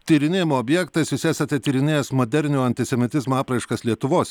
tyrinėjimo objektas jūs esate tyrinėjęs moderniojo antisemitizmo apraiškas lietuvos